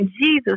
Jesus